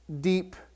deep